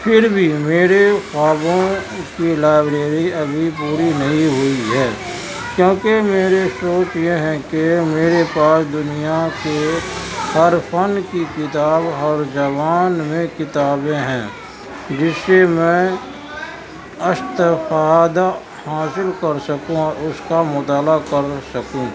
پھر بھی میرے خوابوں کی لائبریری ابھی پوری نہیں ہوئی ہے کیونکہ میری سوچ یہ ہے کہ میرے پاس دنیا کے ہر فن کی کتاب ہر زبان میں کتابیں ہیں جس سے میں استفادہ حاصل کر سکوں اور اس کا مطالعہ کر سکوں